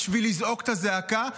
בשביל לזעוק את הזעקה,